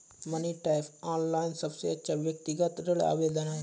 money Tap, online सबसे अच्छा व्यक्तिगत ऋण आवेदन है